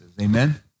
Amen